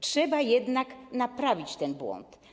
Trzeba jednak naprawić ten błąd.